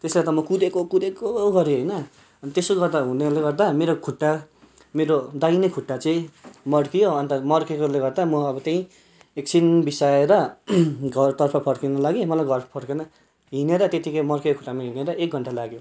तसर्थ म कुदेको कुदेकै गरेँ होइन अनि त्यसो गर्दा हुनाले गर्दा मेरो खुट्टा मेरो दाइने खुट्टा चाहिँ मर्कियो अन्त मर्केकोले गर्दा म अब त्यही एकछिन बिसाएर घरतर्फ फर्किनु लागेँ मलाई घर फर्किन हिँडेर त्यत्तिकै मर्केको खुट्टामा हिँडेर एक घन्टा लाग्यो